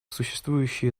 существующие